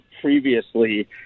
previously